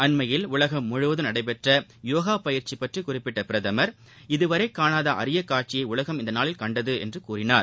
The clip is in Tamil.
அன்மையில் உலகம் முழுவதும் நடந்த யோகா பயிற்சி பற்றி குறிப்பிட்ட பிரதமர் இதவரை காணாத அரிய காட்சியை உலகம் இந்த நாளில் கண்டது என்றார்